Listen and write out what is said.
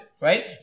right